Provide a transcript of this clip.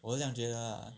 我是这样觉得 lah